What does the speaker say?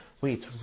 wait